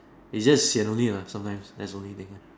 is damn sian only ah sometimes that's only thing lah